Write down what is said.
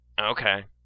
Okay